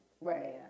Right